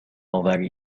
آوری